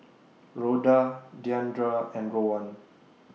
Rhoda Deandra and Rowan